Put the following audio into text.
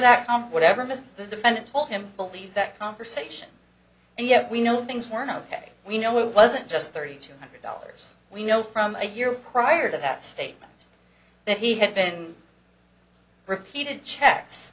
whatever miss the defendant told him believe that conversation and yet we know things were no we know it wasn't just thirty two hundred dollars we know from a year prior to that statement that he had been repeated checks